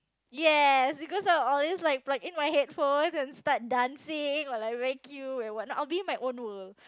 ya because I always like pluck in my headphone and start dancing while I vacuum I will be in my own world